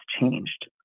changed